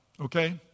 okay